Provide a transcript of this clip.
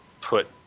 put